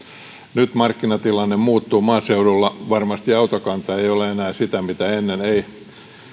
nyt markkinatilanne muuttuu maaseudulla varmasti autokanta ei ole enää sitä mitä ennen ei